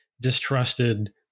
distrusted